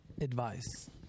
advice